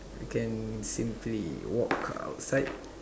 you can simply walk outside